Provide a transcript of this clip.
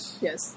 Yes